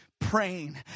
praying